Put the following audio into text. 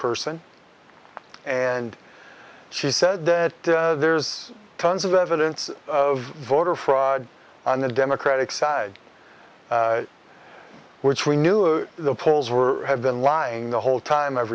person and she said that there's tons of evidence of voter fraud on the democratic side which we knew of the polls were have been lying the whole time